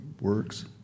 works